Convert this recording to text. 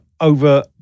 over